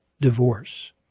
divorce